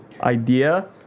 idea